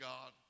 God